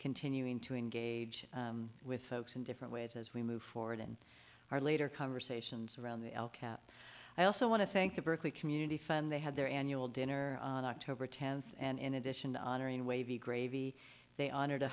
continuing to engage with folks in different ways as we move forward in our later conversations around the i also want to thank the berkeley community fund they had their annual dinner on october tenth and in addition to honoring wavy gravy they honor